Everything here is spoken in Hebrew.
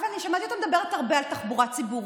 אבל אני שמעתי אותה מדברת הרבה על תחבורה ציבורית.